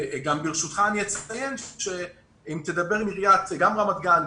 ברשותך אני אציין שאם תדבר עם עיריית רמת גן,